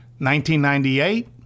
1998